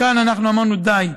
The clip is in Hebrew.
וכאן אנחנו אמרנו: די.